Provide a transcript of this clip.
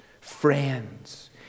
friends